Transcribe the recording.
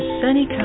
sunny